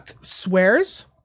swears